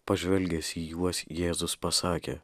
pažvelgęs į juos jėzus pasakė